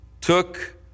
took